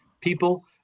people